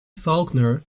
faulkner